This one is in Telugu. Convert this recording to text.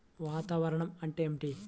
వాతావరణం అంటే ఏమిటి?